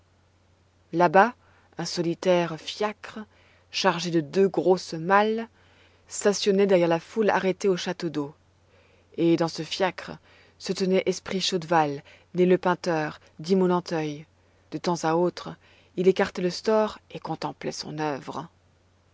là-bas un solitaire fiacre chargé de deux grosses malles stationnait derrière la foule arrêtée au château-d'eau et dans ce fiacre se tenait esprit chaudval né lepeinteur dit monanteuil de temps à autre il écartait le store et contemplait son œuvre